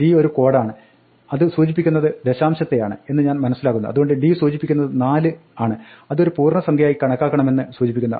d ഒരു കോഡാണ് അത് സൂചിപ്പിക്കുന്നത് ദശംശത്തെയാണ് എന്ന് ഞാൻ മനസ്സിലാക്കുന്നു അതുകൊണ്ട് d സൂചിപ്പിക്കുന്നത് 4 ആണ് അത് ഒരു പൂർണ്ണസംഖ്യയായി കണക്കാക്കണമെന്ന് സൂചിപ്പിക്കുന്നു